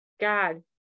God